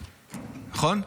נכון?